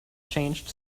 changed